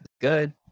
good